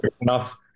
enough